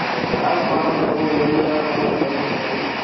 ହଉ ଆଉ କ'ଣ ସବୁ ମିଲ ର କ'ଣ ସବୁ ଅଛି